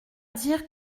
dire